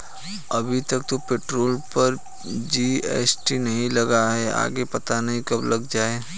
अभी तक तो पेट्रोल पर जी.एस.टी नहीं लगा, आगे पता नहीं कब लग जाएं